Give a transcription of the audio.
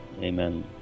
amen